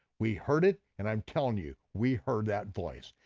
we heard it, and i'm telling you, we heard that voice.